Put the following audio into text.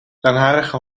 langharige